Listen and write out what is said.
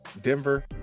Denver